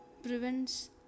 prevents